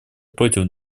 против